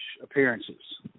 appearances